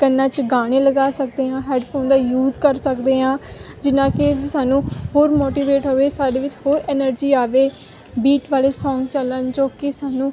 ਕੰਨਾਂ 'ਚ ਗਾਣੇ ਲਗਾ ਸਕਦੇ ਹਾਂ ਹੈਡਫੋਨ ਦਾ ਯੂਜ ਕਰ ਸਕਦੇ ਹਾਂ ਜਿੰਨਾਂ ਕਿ ਸਾਨੂੰ ਹੋਰ ਮੋਟੀਵੇਟ ਹੋਵੇ ਸਾਡੇ ਵਿੱਚ ਹੋਰ ਐਨਰਜੀ ਆਵੇ ਬੀਟ ਵਾਲੇ ਸੌਂਗ ਚੱਲਣ ਜੋ ਕਿ ਸਾਨੂੰ